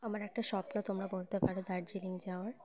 আমার একটা স্বপ্ন তোমরা বলতে পারো দার্জিলিং যাওয়ার